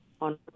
on